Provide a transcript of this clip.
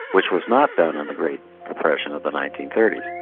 which was not done in the great depression of the nineteen thirty s.